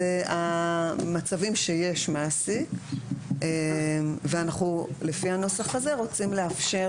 אלה המצבים שיש מעסיק ואנחנו לפי הנוסח הזה רוצים לאפשר